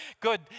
good